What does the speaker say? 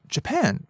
Japan